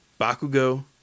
Bakugo